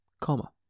comma